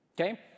Okay